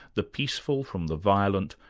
the peaceful from the violent,